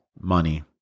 money